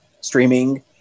streaming